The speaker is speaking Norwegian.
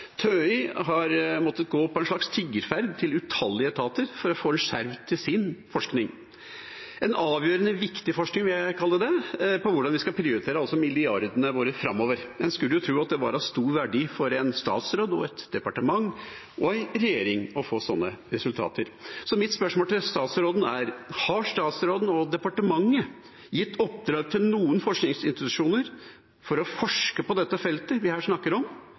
TØI har måttet gå på en slags tiggerferd til utallige etater for å få en skjerv til sin forskning – en avgjørende viktig forskning, vil jeg kalle det – på hvordan vi skal prioritere milliardene våre framover. En skulle jo tro at det var av stor verdi for en statsråd, et departement og ei regjering å få sånne resultater. Mitt spørsmål til statsråden er: Har statsråden og departementet gitt noen forskningsinstitusjoner i oppdrag å forske på dette feltet vi her snakker om,